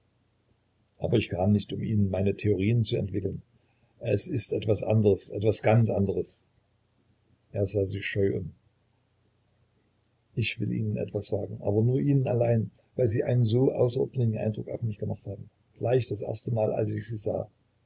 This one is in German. aber ich kam nicht um ihnen meine theorien zu entwickeln es ist etwas anderes etwas ganz anderes er sah sich scheu um ich will ihnen etwas sagen nur ihnen allein weil sie einen so außerordentlichen eindruck auf mich gemacht haben gleich das erste mal als ich sie sah